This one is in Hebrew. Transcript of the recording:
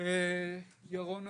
ירונה